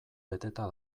beteta